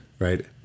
Right